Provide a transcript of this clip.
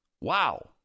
Wow